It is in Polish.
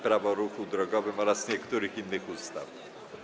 Prawo o ruchu drogowym oraz niektórych innych ustaw.